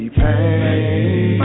pain